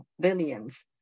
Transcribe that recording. billions